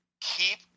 keep